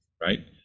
right